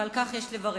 ועל כך יש לברך.